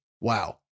Wow